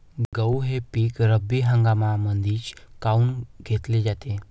गहू हे पिक रब्बी हंगामामंदीच काऊन घेतले जाते?